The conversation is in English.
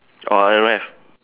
orh I don't have